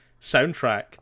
soundtrack